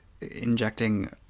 injecting